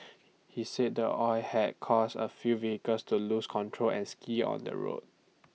he said the oil had caused A few vehicles to lose control and skid on the road